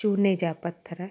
चूने जा पथर